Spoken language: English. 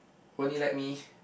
only like me